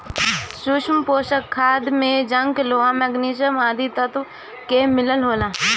सूक्ष्म पोषक खाद में जिंक, लोहा, मैग्निशियम आदि तत्व के मिलल होला